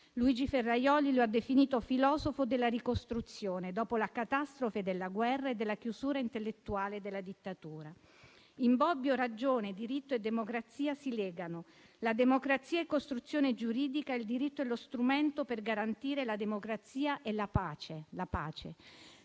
Luigi Ferrajoli lo ha definito «filosofo della ricostruzione» dopo la catastrofe della guerra e della chiusura intellettuale della dittatura. In Bobbio ragione, diritto e democrazia si legano. La democrazia è costruzione giuridica e il diritto è lo strumento per garantire la democrazia e la pace. Scrive